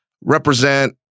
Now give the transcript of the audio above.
represent